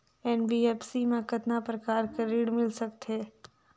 NBFC मा कतना प्रकार कर ऋण मिल सकथे?